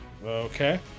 Okay